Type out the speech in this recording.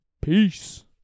Peace